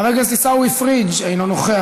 חבר הכנסת עיסאווי פריג' אינו נוכח,